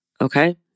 okay